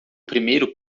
primeiro